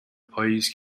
پائیز